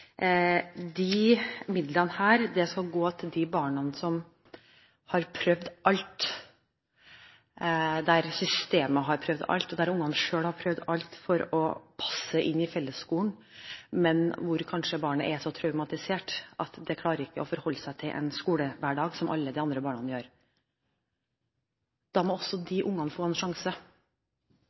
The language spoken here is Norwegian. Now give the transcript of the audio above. midlene skal gå til de barna som har prøvd alt, der systemet har prøvd alt, der ungene selv har prøvd alt for å passe inn i fellesskolen, men hvor barnet kanskje er så traumatisert at det ikke klarer å forholde seg til en skolehverdag, som alle de andre barna gjør. Da må de ungene også få en sjanse.